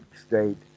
state